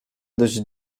dość